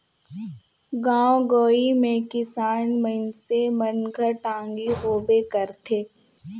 गाँव गंवई मे किसान मइनसे मन घर टागी होबे करथे